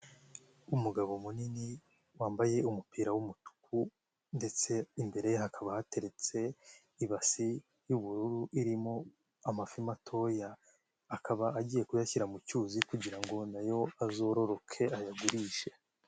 Umugabo munini wambaye umupira w'umutuku ndetse imbere ye hakaba hateretse ibasi y'ubururu irimo amafi matoya, akaba agiye kuyashyira mu cyuzi kugira ngo nayo azororoke ayagurishe.